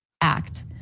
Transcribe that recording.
Act